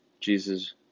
Jesus